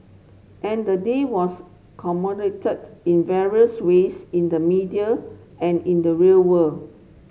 and the day was commemorated in various ways in the media and in the real world